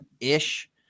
ish